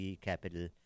Capital